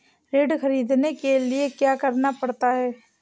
ऋण ख़रीदने के लिए क्या करना पड़ता है?